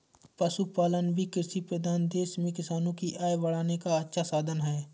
पशुपालन भी कृषिप्रधान देश में किसानों की आय बढ़ाने का अच्छा साधन है